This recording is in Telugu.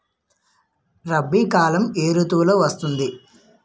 రబీ కాలం ఏ ఋతువులో వస్తుంది?